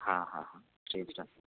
হ্যাঁ হ্যাঁ হ্যাঁ